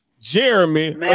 Jeremy